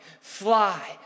fly